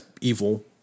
evil